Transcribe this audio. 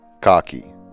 Cocky